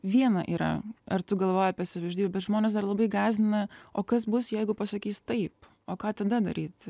viena yra ar tu galvoji apie savižudybę bet žmones dar labai gąsdina o kas bus jeigu pasakys taip o ką tada daryt